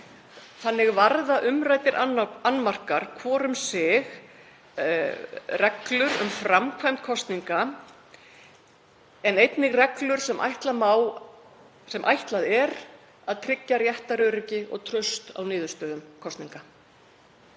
Þannig varða umræddir annmarkar hvor um sig reglur um framkvæmd kosninga en einnig reglur sem ætlað er að tryggja réttaröryggi og traust á niðurstöðu kosninga.